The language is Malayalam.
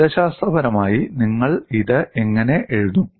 ഗണിതശാസ്ത്രപരമായി നിങ്ങൾ ഇത് എങ്ങനെ എഴുതും